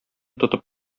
тотып